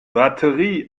batterie